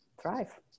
thrive